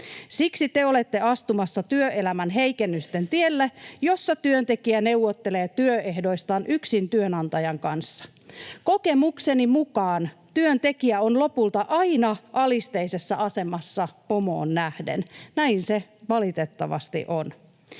Siksi te olette astumassa työelämän heikennysten tielle, jossa työntekijä neuvottelee työehdoistaan yksin työnantajan kanssa. Kokemukseni mukaan työntekijä on lopulta aina alisteisessa asemassa pomoon nähden. Näin se valitettavasti on.